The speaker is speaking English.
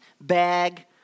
bag